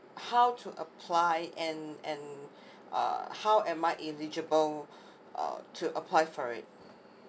how to apply and and uh how am I eligible uh to apply for it